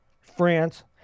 France